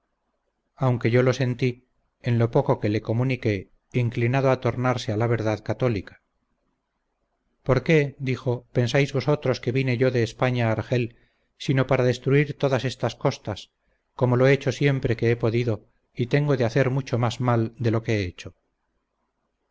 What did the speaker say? aunque yo lo sentí en lo poco que le comuniqué inclinado a tornarse a la verdad católica por qué dijo pensáis vosotros que vine yo de españa a argel sino para destruir todas estas costas como lo he hecho siempre que he podido y tengo de hacer mucho más mal de lo que he hecho